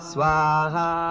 Swaha